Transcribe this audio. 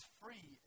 free